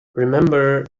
remember